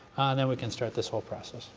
then we can start this whole process